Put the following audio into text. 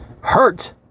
hurt